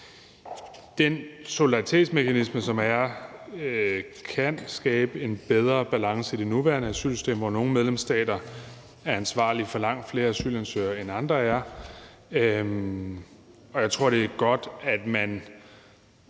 Den solidaritetsmekanisme, der er, kan skabe en bedre balance i det nuværende asylsystem, hvor nogle medlemsstater er ansvarlige for langt flere asylansøgere, end andre er. Jeg tror, det er godt, at man